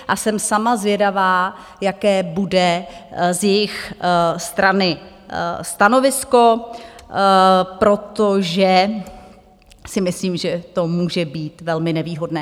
A jsem sama zvědavá, jaké bude z jejich strany stanovisko, protože si myslím, že to může být velmi nevýhodné.